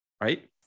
right